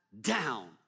down